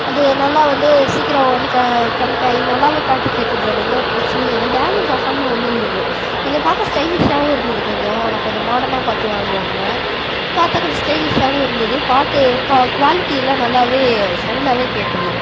அது நல்லா வந்து சீக்கிரம் வந்து கனெக்ட் ஆகி நல்லாவே பாட்டு கேட்டுது அதில் எந்த ஒரு பிரச்சனையும் இல்லை டேமேஜ் ஆகாமல் வந்துருந்தது கொஞ்சம் பார்க்க ஸ்டைலிஷ்ஷாகவும் இருந்தது கொஞ்சம் நான் கொஞ்சம் மாடனாக பார்த்து வாங்கியிருந்தன் பார்த்தா கொஞ்சம் ஸ்டைலிஷ்ஷாகவும் இருந்தது பாட்டு குவாலிட்டிலாம் நல்லாவே சவுண்டாகவே கேட்டுது